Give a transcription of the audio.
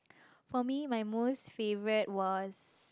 for me my most favorite was